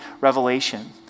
Revelation